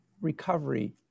recovery